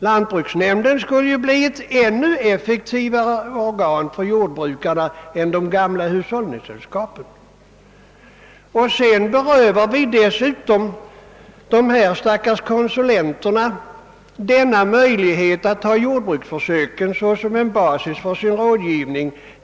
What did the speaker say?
Lantbruksnämnderna skulle som bekant bli ett ännu effektivare organ för jordbrukarna än hushållningssällskapen. Genom omflyttningen har vi berövat dessa konsulenter förmånen att ha jordbruksförsöken som basis för sin rådgivning.